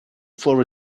for